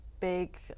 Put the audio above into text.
big